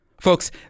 Folks